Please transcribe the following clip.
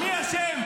מי אשם?